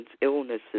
illnesses